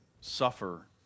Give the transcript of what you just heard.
suffer